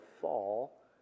fall